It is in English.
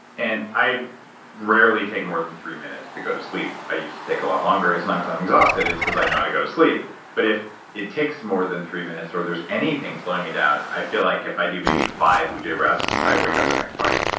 and i rarely take more than three minutes to go to sleep. i used to take a lot longer. it's not because i'm exhausted, it's because i know i got to go to sleep but if it takes more than three minutes or there's anything slowing me down, i feel like if i do maybe five ujjayi breaths, i wake up the next morning.